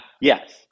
Yes